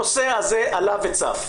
הנושא הזה עלה וצף.